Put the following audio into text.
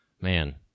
man